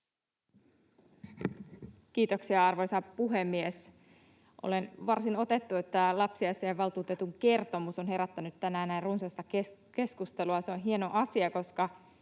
Kiitoksia, arvoisa puhemies! Olen varsin otettu, että lapsiasiainvaltuutetun kertomus on herättänyt tänään näin runsasta keskustelua. Se on hieno asia,